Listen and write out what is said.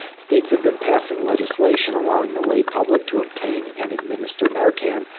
states have been passing legislation allowing the lay public to obtain and administer narcan,